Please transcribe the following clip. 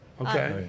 Okay